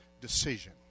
decision